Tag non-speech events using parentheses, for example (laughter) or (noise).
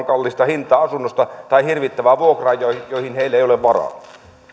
(unintelligible) kallista hintaa asunnosta tai hirvittävää vuokraa johon johon heillä ei ole varaa